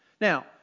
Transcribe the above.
Now